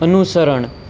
અનુસરણ